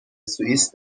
سوئیس